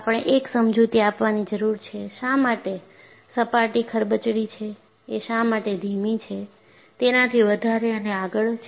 આપણે એક સમજૂતી આપવાની જરૂર છે શા માટે સપાટી ખરબચડી છે એ શા માટે ધીમી છે તેનાથી વધારે અને આગળ છે